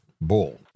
bull